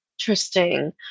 Interesting